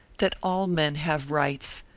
that all men have rights,